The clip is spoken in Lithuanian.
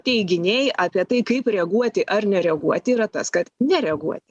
teiginiai apie tai kaip reaguoti ar nereaguoti yra tas kad nereaguoti